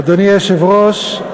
אדוני היושב-ראש,